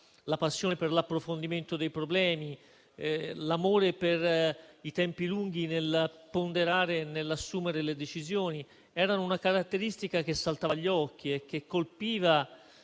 la passione per l'approfondimento dei problemi, l'amore per i tempi lunghi nel ponderare e nell'assumere le decisioni erano caratteristiche che saltavano agli occhi e colpivano